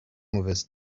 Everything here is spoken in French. mauvaise